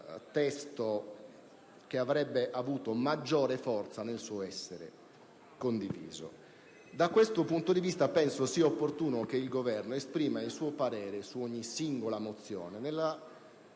unico che avrebbe avuto maggiore forza nel suo essere condiviso. Da questo punto di vista, penso sia opportuno che il Governo esprima il proprio parere su ogni singola mozione